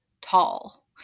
tall